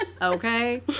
Okay